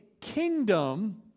kingdom